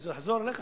ניסו לחזור אליך